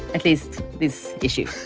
at least this issue.